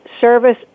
service